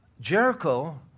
Jericho